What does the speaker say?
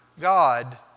God